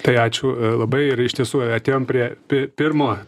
tai ačiū labai ir iš tiesų atėjom prie pi pirmo